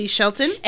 Shelton